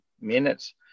minutes